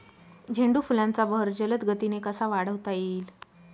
झेंडू फुलांचा बहर जलद गतीने कसा वाढवता येईल?